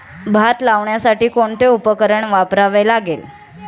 भात लावण्यासाठी कोणते उपकरण वापरावे लागेल?